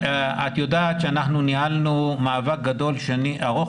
את יודעת שאנחנו ניהלנו מאבק גדול ארוך